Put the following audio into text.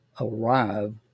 arrive